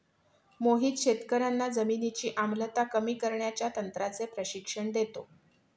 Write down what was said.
मोहित शेतकर्यांना जमिनीची आम्लता कमी करण्याच्या तंत्राचे प्रशिक्षण देतो